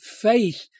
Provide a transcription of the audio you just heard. faith